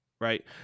right